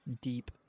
deep